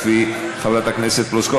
חברת הכנסת פלוסקוב.